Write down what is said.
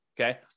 Okay